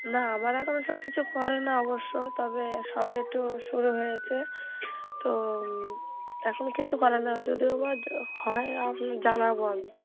না আমার আর ওই সব কিছু করে না অবশ্য তবে সবে তো শুরু হয়েছে তো এখন কিছু কারণেও যদিও বা হয় আমি জানাবো আমি